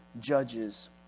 judges